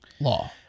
Law